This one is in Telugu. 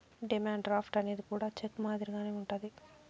డిమాండ్ డ్రాఫ్ట్ అనేది కూడా చెక్ మాదిరిగానే ఉంటది